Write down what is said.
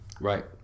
Right